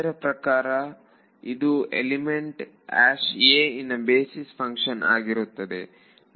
ಇದರ ಪ್ರಕಾರ element a in basis function ಆಗಿರುತ್ತದೆ